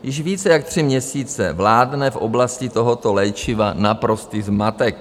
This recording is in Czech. Již více jak tři měsíce vládne v oblasti tohoto léčiva naprostý zmatek.